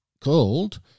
called